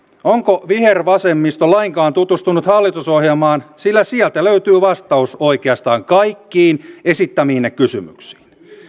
onko vihervasemmisto lainkaan tutustunut hallitusohjelmaan sillä sieltä löytyy vastaus oikeastaan kaikkiin esittämiinne kysymyksiin